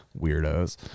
weirdos